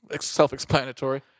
self-explanatory